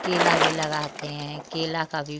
केला भी लगाते हैं केला का भी